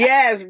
Yes